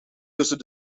tussen